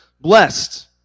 blessed